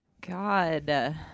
God